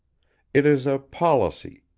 it is a policy,